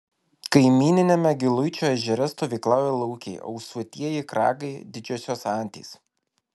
kaimyniniame giluičio ežere stovyklauja laukiai ausuotieji kragai didžiosios antys